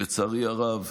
לצערי הרב,